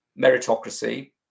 meritocracy